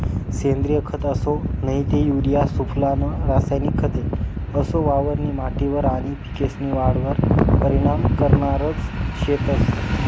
सेंद्रिय खत असो नही ते युरिया सुफला नं रासायनिक खते असो वावरनी माटीवर आनी पिकेस्नी वाढवर परीनाम करनारज शेतंस